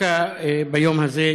דווקא ביום הזה,